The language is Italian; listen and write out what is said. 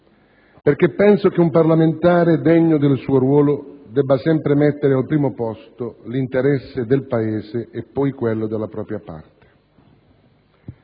perché penso che un parlamentare degno del suo ruolo debba sempre mettere al primo posto l'interesse del Paese e poi quello della propria parte.